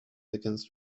against